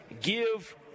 give